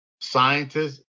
scientists